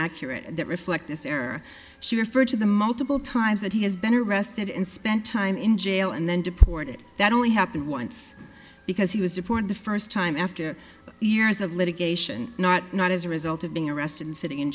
accurate that reflect this error she referred to the multiple times that he has been arrested and spent time in jail and then deported that only happened once because he was deported the first time after years of litigation not not as a result of being arrested and sitting in